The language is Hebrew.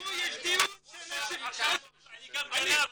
אנחנו נשמע --- פה יש דיון --- אני גם גנב עכשיו.